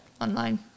online